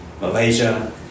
Malaysia